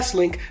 link